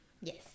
Yes